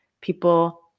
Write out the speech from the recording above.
people